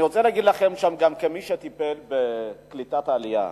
אני רוצה להגיד לכם, כמי שטיפל בקליטת עלייה,